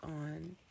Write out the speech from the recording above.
on